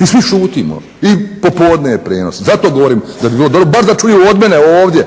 I svi šutimo i popodne je prijenos. Zato govorim da bi bilo dobro bar da čuju od mene ovdje